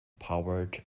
powered